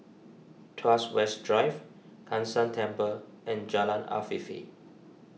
Tuas West Drive Kai San Temple and Jalan Afifi